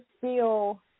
feel